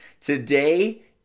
today